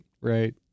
Right